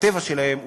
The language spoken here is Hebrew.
הטבע שלהם,